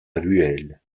ruelle